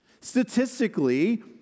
Statistically